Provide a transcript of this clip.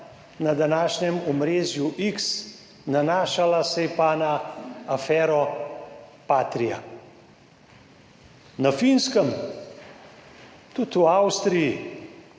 na današnjem omrežju X, nanašala se je pa na afero Patria na Finskem, tudi v Avstriji.